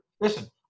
Listen